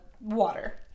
water